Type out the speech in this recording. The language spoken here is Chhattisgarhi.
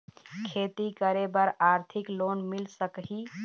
खेती करे बर आरथिक लोन मिल सकही?